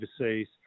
overseas